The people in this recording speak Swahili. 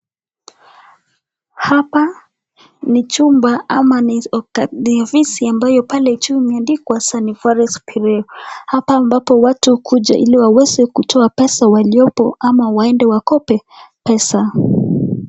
Hapa ni chumba ama ni ofisi ambayo pale chini imeandikwa Sunny Forex Bureau . Hapa ambapo watu hukuja ili waweze kutoa pesa waliopo ama waende wakope pesa.